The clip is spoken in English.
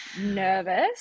nervous